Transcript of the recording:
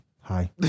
hi